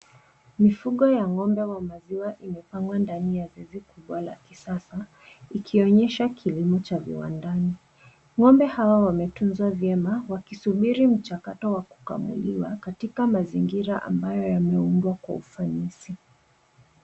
Mifugo ya ngombe wa maziwa imepangwa ndani ya zizi kubwa la kisasa ikionyesha kilimo cha viwandani. Ngombe hawa wametunzwa vyema wakisubiri mchakato wa kukamuliwa katika mazingira ambayo yameundwa kwa ufanisi.